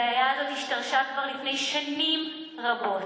הבעיה הזאת השתרשה כבר לפני שנים רבות.